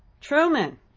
Truman